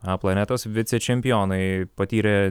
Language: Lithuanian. a planetos vicečempionai patyrė